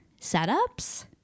setups